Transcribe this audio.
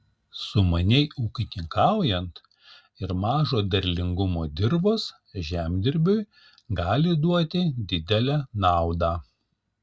sumaniai ūkininkaujant ir mažo derlingumo dirvos žemdirbiui gali duoti didelę naudą